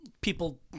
people